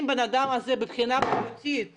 אם האדם מבחינה בריאותית